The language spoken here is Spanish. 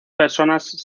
personas